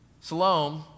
Salome